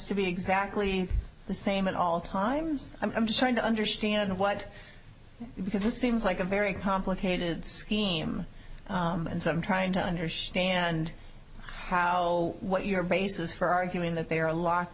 to be exactly the same at all times i'm just trying to understand what because this seems like a very complicated scheme and so i'm trying to understand how what your basis for arguing that they are locked